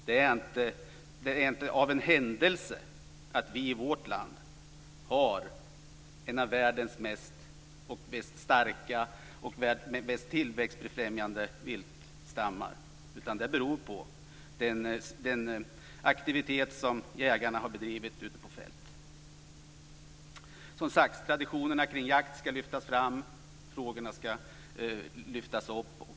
Det är inte en händelse att vi i vårt land har en av världens starkaste och mest växande viltstammar, utan det beror på den aktivitet som jägarna har bedrivit ute på fältet. Traditionerna kring jakt ska som sagt lyftas fram. Frågorna ska lyftas upp.